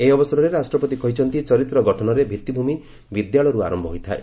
ଏହି ଅବସରରେ ରାଷ୍ଟ୍ରପତି କହିଛନ୍ତି ଚରିତ୍ର ଗଠନରେ ଭିତ୍ତିଭୂମି ବିଦ୍ୟାଳୟରୁ ଆରମ୍ଭ ହୋଇଥାଏ